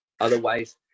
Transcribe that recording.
Otherwise